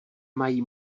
mají